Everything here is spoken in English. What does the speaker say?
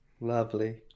lovely